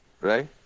right